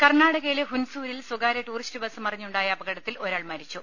കർണാടകയിലെ ഹുസൂരിൽ സ്വകാര്യ ടൂറിസ്റ്റ് ബസ് മറിഞ്ഞുണ്ടായ അപകടത്തിൽ ഒരാൾ മരിച്ചു